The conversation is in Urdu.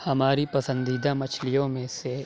ہماری پسندیدہ مچھلیوں میں سے